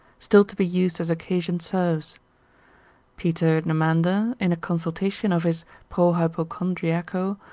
still to be used as occasion serves peter cnemander in a consultation of his pro hypocondriaco,